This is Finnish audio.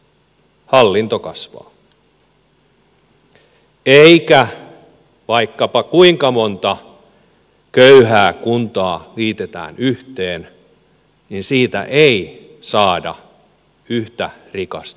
eikä siitä vaikka kuinka monta köyhää kuntaa liitetään yhteen saada yhtä rikasta